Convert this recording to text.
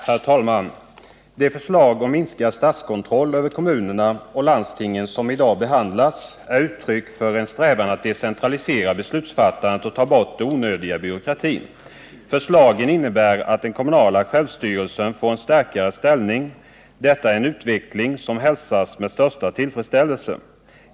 Herr talman! De förslag om minskad statskontroll över kommunerna och landstingen som i dag behandlas är uttryck för en strävan att decentralisera beslutsfattandet och ta bort onödig byråkrati. Förslagen innebär att den kommunala självstyrelsen får en starkare ställning. Detta är en utveckling som hälsas med största tillfredsställelse.